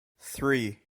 three